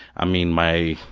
i mean my,